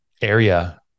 area